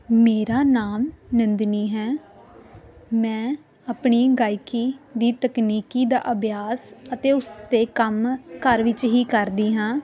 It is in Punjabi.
ਮੇਰਾ ਨਾਮ ਨੰਦਨੀ ਹੈ ਮੈਂ ਆਪਣੀ ਗਾਇਕੀ ਦੀ ਤਕਨੀਕੀ ਦਾ ਅਭਿਆਸ ਅਤੇ ਉਸ ਦੇ ਕੰਮ ਘਰ ਵਿੱਚ ਹੀ ਕਰਦੀ ਹਾਂ